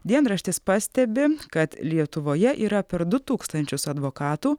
dienraštis pastebi kad lietuvoje yra per du tūkstančius advokatų